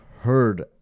heard